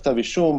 ספציפי,